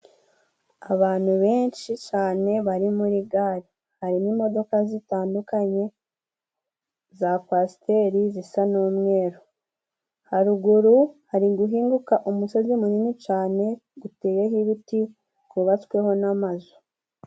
Abantu benshi cane bari muri gare harimo imodoka zitandukanye za kwasiteri zisa n'umweru ,haruguru hari guhinguka umusozi munini cane guteyeho ibiti gubabatsweho n'amazu.